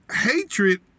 hatred